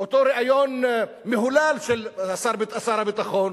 מהולל של שר הביטחון.